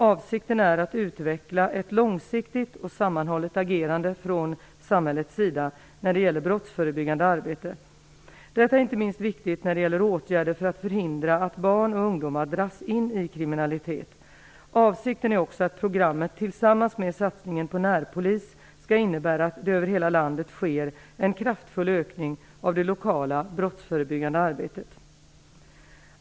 Avsikten är att utveckla ett långsiktigt och sammanhållet agerande från samhällets sida när det gäller brottsförebyggande arbete. Det är inte minst viktigt när det gäller åtgärder för att förhindra att barn och ungdomar dras in i kriminalitet. Avsikten är också att programmet tillsammans med satsningen på närpolis skall innebära att det över hela landet sker en kraftfull ökning av det lokala brottsförebyggande arbetet.